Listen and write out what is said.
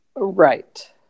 Right